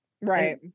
Right